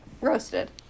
roasted